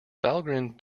valgrind